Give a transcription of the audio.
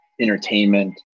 entertainment